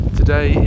today